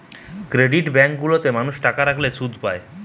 credit bank গুলা তে মানুষ টাকা রাখলে শুধ পায়